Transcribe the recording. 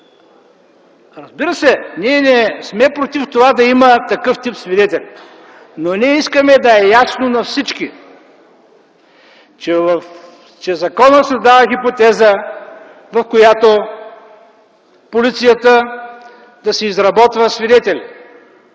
Разбира се, ние не сме против това да има такъв тип свидетели, но искаме да е ясно на всички, че законът създава хипотеза, в която полицията си изработва свидетели,